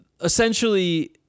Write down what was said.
essentially